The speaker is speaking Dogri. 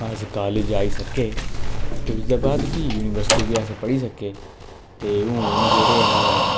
अस कालेज आई सके ते उसदै बाद फ्ही यूनिवर्सिटी बी अस पढ़ी सके ते हून जेह्ड़े न